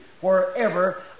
wherever